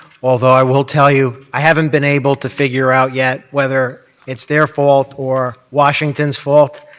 although i will tell you, i haven't been able to figure out yet whether it's their fault or washington's fault.